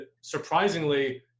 surprisingly